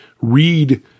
read